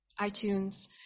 iTunes